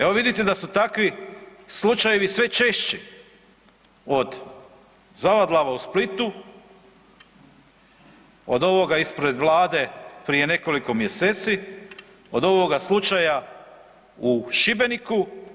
Evo vidite da su takvi slučajevi sve češći od Zavadlava u Splitu, od ovoga ispred Vlade prije nekoliko mjeseci, od ovoga slučaja u Šibeniku.